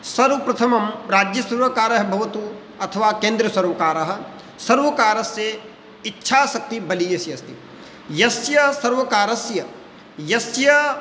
सर्वप्रथमं राज्यसर्वकारः भवतु अथवा केन्द्रसर्वकाराः सर्वकारस्य इच्छाशक्तिः बलीयसी अस्ति यस्य सर्वकारस्य यस्य